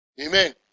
Amen